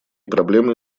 проблемой